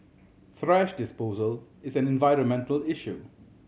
thrash disposal is an environmental issue